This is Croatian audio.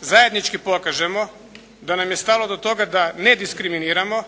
zajednički pokažemo da nam je stalo do toga da ne diskriminiramo,